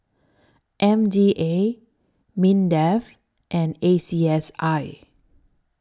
M D A Mindef and A C S I